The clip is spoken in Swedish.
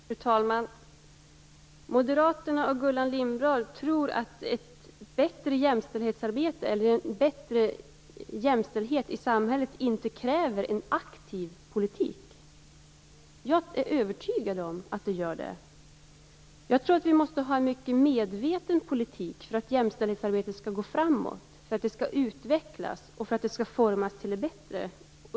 Fru talman! Moderaterna och Gullan Lindblad tror att en bättre jämställdhet i samhället inte kräver en aktiv politik. Jag är övertygad om att den gör det. Jag tror att vi måste ha en mycket medveten politik för att jämställdhetsarbetet skall gå framåt, utvecklas och formas till det bättre.